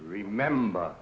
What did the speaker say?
remember